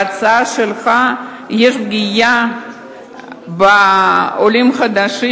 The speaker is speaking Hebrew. בהצעה שלך יש פגיעה בעולים חדשים,